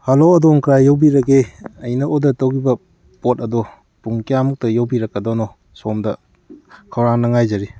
hello ꯑꯗꯣꯝ ꯀꯔꯥꯏ ꯌꯧꯕꯤꯔꯒꯦ ꯑꯩꯅ ꯑꯣꯔꯗꯔ ꯇꯧꯈꯤꯕ ꯄꯣꯠ ꯑꯗꯣ ꯄꯨꯡ ꯀꯌꯥꯃꯨꯛꯇ ꯌꯧꯕꯤꯔꯛꯀꯗꯣꯏꯅꯣ ꯁꯣꯝꯗ ꯈꯧꯔꯥꯡꯅ ꯉꯥꯏꯖꯔꯤ